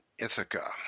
Ithaca